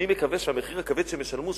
אני מקווה שהמחיר הכבד שהם ישלמו,